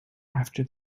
after